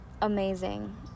amazing